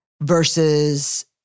versus